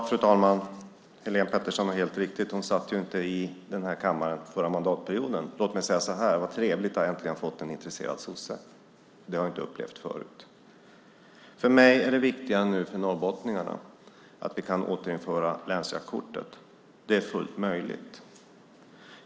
Fru talman! Det är helt riktigt att Helén Pettersson inte satt i den här kammaren förra mandatperioden. Låt mig säga så här: Vad trevligt att äntligen ha fått en intresserad sosse! Det har vi inte upplevt förut. För mig och för norrbottningarna är nu det viktiga att vi kan återinföra länsjaktkortet. Det är fullt möjligt.